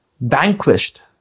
vanquished